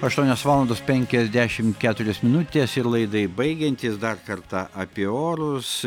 aštuonios valandos penkiasdešimt keturios minutės ir laidai baigiantis dar kartą apie orus